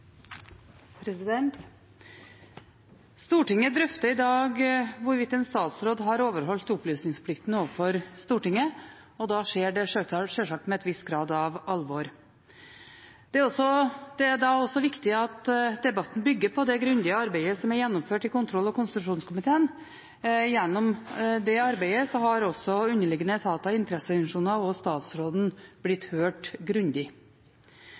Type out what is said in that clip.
da skjer det sjølsagt med en viss grad av alvor. Det er da også viktig at debatten bygger på det grundige arbeidet som er gjennomført i kontroll- og konstitusjonskomiteen. Gjennom det arbeidet har også underliggende etater, interesseorganisasjoner og statsråden blitt hørt grundig.